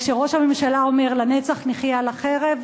וכשראש הממשלה אומר: לנצח נחיה על החרב,